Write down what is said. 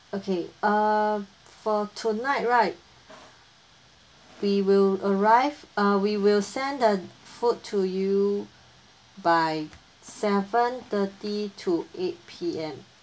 okay uh for tonight right we will arrive ah we will send the food to you by seven thirty to eight P_M